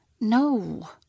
No